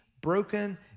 broken